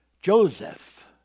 Joseph